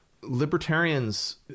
Libertarians